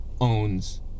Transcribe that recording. owns